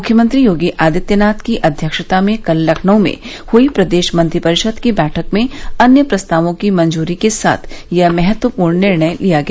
मुख्यमंत्री योगी आदित्यनाथ की अध्यक्षता में कल लखनऊ में हुई प्रदेश मंत्रिपरिषद की बैठक में अन्य प्रस्तावों की मंजूरी के साथ यह महत्वपूर्ण निर्णय लिया गया